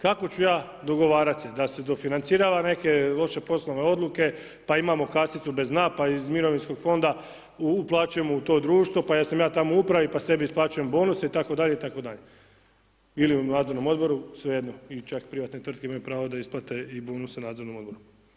Kako ću ja dogovarate se, da se dofinancirala neke loše poslovne odluke, pa imamo kasicu bez napa iz mirovinskog fonda uplaćujemo u to društvo, pa jesam li ja tamo u upravi, i sebi isplaćuje mognuse itd. itd. ili u vladinom odboru, svejedno, ili čak privatne tvrtke imaju pravo da isplate i bonuse u nadzornom odboru.